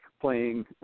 playing